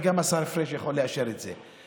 וגם השר פריג' יכול לאשר את זה: